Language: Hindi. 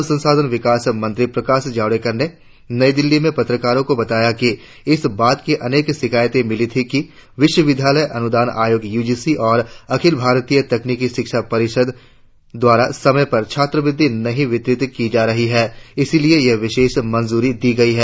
मानव संसाधन विकास मंत्री प्रकाश जावड़ेकर ने नई दिल्ली में पत्रकारों को बताया कि इस बात की अनेक शिकायते मिली थी कि विश्वविद्यालय अनुदान आयोग यूजीसी और अखिल भारतीय तकनीकी शिक्षा परिषद A I C T E द्वारा समय पर छात्रवृत्तिया नहीं वितरित की जा रही है इसीलिए ये विशेष मंजूरी दी गई है